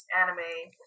anime